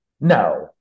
No